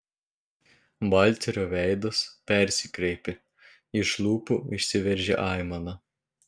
valterio veidas persikreipė iš lūpų išsiveržė aimana